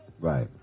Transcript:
Right